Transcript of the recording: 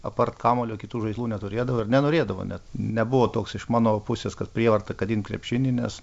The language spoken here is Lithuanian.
apart kamuolio kitų žaislų neturėdavo ir nenorėdavo net nebuvo toks iš mano pusės kad prievarta kad imk krepšinį nes